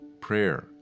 prayer